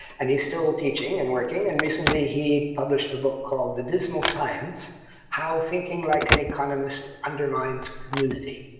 and he's still teaching and working, and recently he published a book called the dismal science how thinking like an economist undermines community.